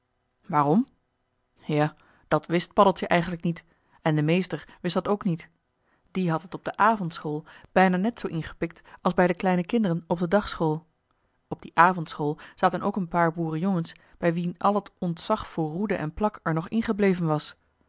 waarom ja dat wist paddeltje eigenlijk niet en de meester wist dat ook niet die had het op de avondschool bijna net zoo ingepikt als bij de kleine kinderen op de dagschool op die avondschool zaten ook een paar boerenjongens bij wien al het ontzag voor roede en plak er nog in gebleven was